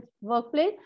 workplace